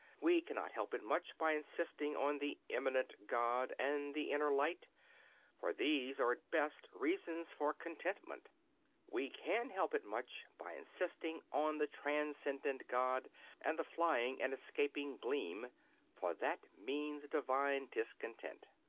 we cannot help it much by insisting on the immanent god and the inner light for these are at best reasons for contentment we can help it much by insisting on the transcendent god and the flying and escaping gleam for that means divine discontent.